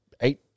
eight